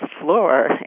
floor